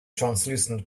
translucent